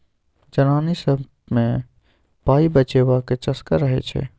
जनानी सब मे पाइ बचेबाक चस्का रहय छै